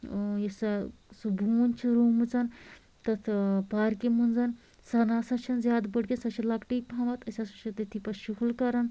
اۭں یُس سۄ سُہ بوٗنۍ چھِ رُومٕژ تَتھ ٲں پارکہِ منٛز سۄ نَہ سا چھَنہٕ زیٛادٕ بٔڑ کیٚنٛہہ سۄ چھِ لۄکٹٕے پَہمَتھ أسۍ ہسا چھِ تٔتتھٕے پَتہٕ شُہُل کران